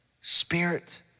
spirit